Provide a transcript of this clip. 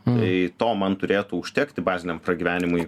tai to man turėtų užtekti baziniam pragyvenimui